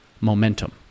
momentum